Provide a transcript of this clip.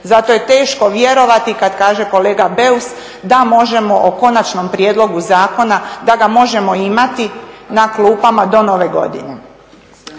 Zato je teško vjerovati kad kaže kolega Beus da možemo o konačnom prijedlogu zakona, da ga možemo imati na klupama do Nove godine.